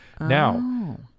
Now